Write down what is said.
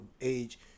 age